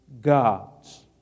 God's